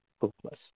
hopeless